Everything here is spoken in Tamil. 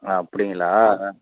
ஆ அப்படிங்களா ஆ